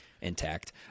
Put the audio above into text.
intact